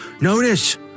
Notice